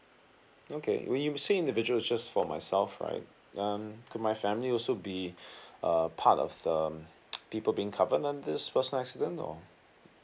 okay when you say individual it's just for myself right um could my family also be a part of um people being covered on this personal accident or